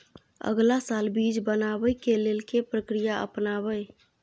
अगला साल बीज बनाबै के लेल के प्रक्रिया अपनाबय?